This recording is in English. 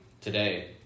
today